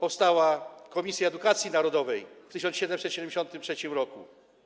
Powstała Komisja Edukacji Narodowej w 1773 r.